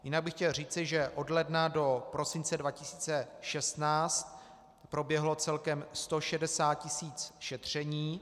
Jinak bych chtěl říci, že od ledna do prosince 2016 proběhlo celkem 160 tisíc šetření.